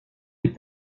les